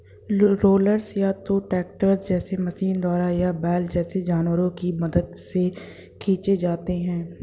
rollers या तो tractor जैसे मशीनों द्वारा या बैल जैसे जानवरों की मदद से खींचे जाते हैं